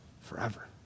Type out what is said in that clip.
forever